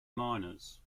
minors